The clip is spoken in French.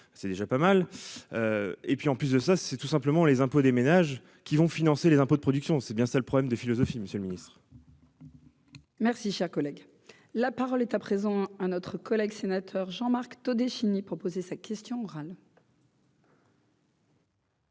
c'est déjà pas mal et puis, en plus de ça, c'est tout simplement les impôts des ménages qui vont financer les impôts de production, c'est bien ça le problème de philosophie Monsieur le Ministre. Merci, cher collègue, la parole est à présent un autre collègue sénateur Jean-Marc Todeschini proposé sa question orale.